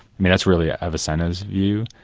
mean, that's really avicenna's view.